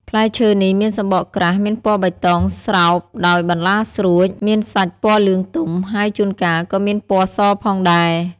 ផ្លែឈើនេះមានសំបកក្រាស់មានពណ៌បៃតងស្រោបដោយបន្លាស្រួច មានសាច់ពណ៌លឿងទុំ ហើយជួនកាលក៏មានពណ៌សផងដែរ។